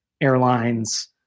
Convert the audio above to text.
airlines